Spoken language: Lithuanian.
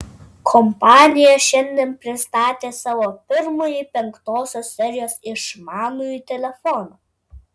kompanija šiandien pristatė savo pirmąjį penktosios serijos išmanųjį telefoną